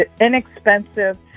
inexpensive